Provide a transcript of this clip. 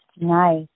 Nice